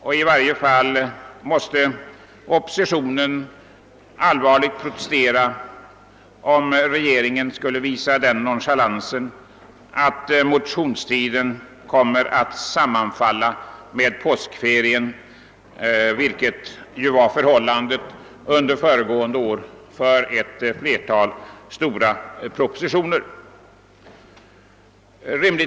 Under alla förhållanden måste oppositionen allvarligt protestera, om regeringen skulle visa den nonchalansen att motionstiden kommer att sammanfalla med påskferierna, vilket var fallet för ett flertal stora propositioner förra året.